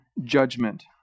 judgment